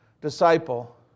disciple